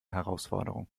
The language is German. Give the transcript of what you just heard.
herausforderung